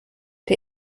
der